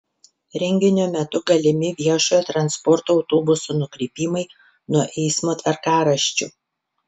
renginio metu galimi viešojo transporto autobusų nukrypimai nuo eismo tvarkaraščių